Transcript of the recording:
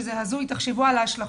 תחשבו על ההשלכות.